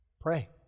Pray